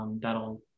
that'll